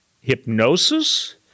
hypnosis